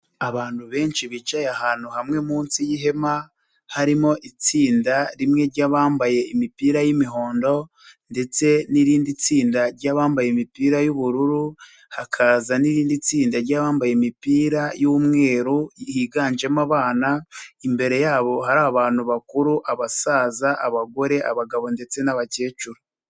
Abantu benshi bicaye ahantu hamwe munsi yihema harimo itsinda rimwe ry'abambaye imipira y'imihondo ndetse n'irindi tsinda ry'abambaye imipira y'ubururu, hakaza n'irindi tsinda ry'abambaye imipira y'umweru higanjemo abana, imbere yabo hari abantu bakuru, abasaza, abagore, abagabo ndetse n'abakecuru.